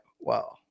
wow